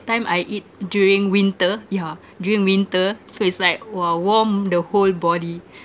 time I eat during winter yeah during winter so it's like !wah! warm the whole body